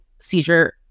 seizure